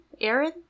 Aaron